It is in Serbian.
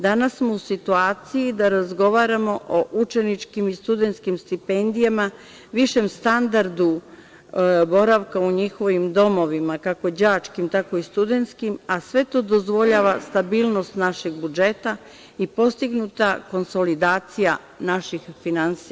Danas smo u situaciji da razgovaramo o učeničkim i studentskim stipendijama, višem standardu boravka u njihovim domovima, kako đačkim, tako i studentskim, a sve to dozvoljava stabilnost našeg budžeta i postignuta konsolidacija naših finansija.